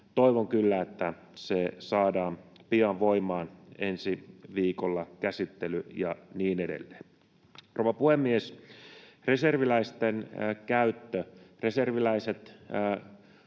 toivon kyllä, että se saadaan pian voimaan, ensi viikolla käsittely ja niin edelleen. Rouva puhemies! Reserviläisten käyttö: Reserviläiset